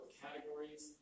categories